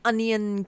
Onion